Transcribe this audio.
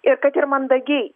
ir kad ir mandagiai